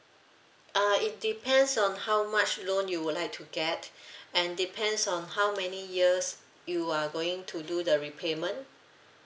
uh it depends on how much loan you would like to get and depends on how many years you are going to do the repayment